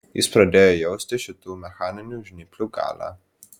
jis pradėjo jausti šitų mechaninių žnyplių galią